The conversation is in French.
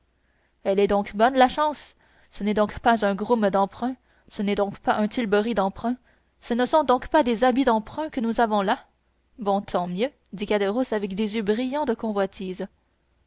elle est donc bonne la chance ce n'est donc pas un groom d'emprunt ce n'est donc pas un tilbury d'emprunt ce ne sont donc pas des habits d'emprunt que nous avons là bon tant mieux dit caderousse avec des yeux brillants de convoitise